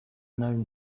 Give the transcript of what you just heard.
known